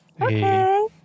okay